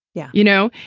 yeah. you know,